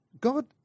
God